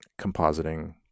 compositing